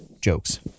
jokes